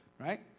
Right